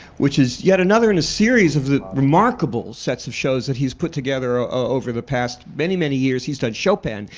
which is yet another in a series of the remarkable sets of shows that he's put together ah over the past many, many years. he's done chopin.